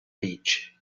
beach